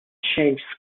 change